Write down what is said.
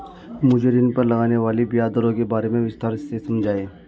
मुझे ऋण पर लगने वाली ब्याज दरों के बारे में विस्तार से समझाएं